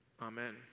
Amen